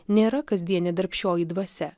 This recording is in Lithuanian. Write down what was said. nėra kasdienė darbščioji dvasia